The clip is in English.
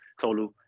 Tolu